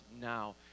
now